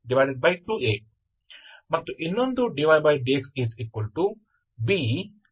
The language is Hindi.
तो इसमें आप कोई भी बिंदु लें क्योंकि B2 4ACहै यह गुणांक है गुणांक हर जगह मान्य हैं ठीक है